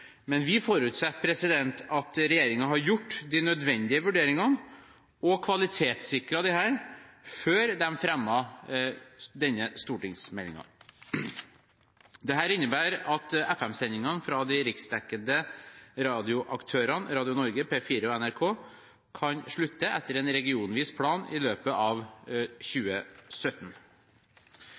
men vi forutsetter at regjeringen har gjort de nødvendige vurderingene og kvalitetssikret dette før de fremmet denne stortingsmeldingen. Dette innebærer at FM-sendingene fra de riksdekkende radioaktørene – Radio Norge, P4 og NRK – kan slutte etter en regionvis plan i løpet av